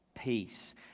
peace